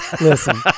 listen